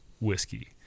whiskey